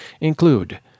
include